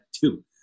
two